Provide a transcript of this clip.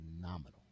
phenomenal